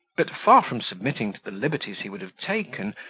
but, far from submitting to the liberties he would have taken,